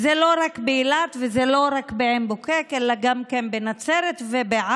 זה לא רק באילת וזה לא רק בעין בוקק אלא גם בנצרת ובעכו,